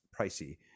pricey